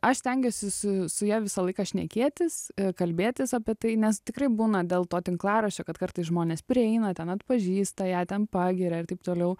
aš stengiuosi su su ja visą laiką šnekėtis kalbėtis apie tai nes tikrai būna dėl to tinklaraščio kad kartais žmonės prieina ten atpažįsta ją ten pagiria ir taip toliau